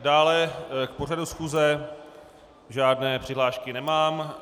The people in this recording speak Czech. Dále k pořadu schůze žádné přihlášky nemám.